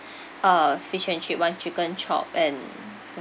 uh fish and chip one chicken chop and